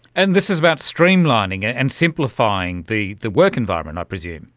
and this is about streamlining and and simplifying the the work environment i presume?